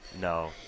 No